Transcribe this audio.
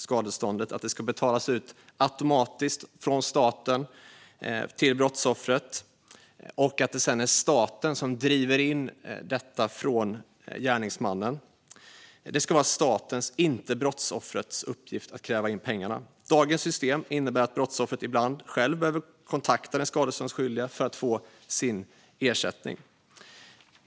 Skadeståndet ska betalas ut automatiskt från staten till brottsoffret, och det ska sedan vara staten som driver in pengarna från gärningsmannen. Det ska vara statens - inte brottsoffrets - uppgift att kräva in pengarna. Dagens system innebär att brottsoffret ibland själv behöver kontakta den skadeståndsskyldiga för att få sin ersättning.